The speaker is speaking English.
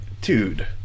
dude